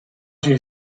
you